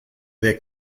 their